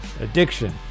addiction